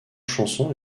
chansons